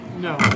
No